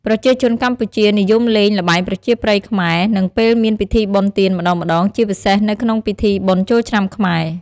ប្រជាជនកម្ពុជានិយមលេង ល្បែងប្រជាប្រិយខ្មែរ នៅពេលមានពិធីបុណ្យទានម្តងៗ ជាពិសេសនៅក្នុងពិធីបុណ្យចូលឆ្នាំខ្មែរ។